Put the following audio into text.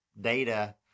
data